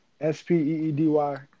S-P-E-E-D-Y